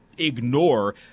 ignore